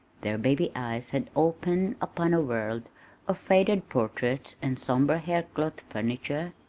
their baby eyes had opened upon a world of faded portraits and somber haircloth furniture,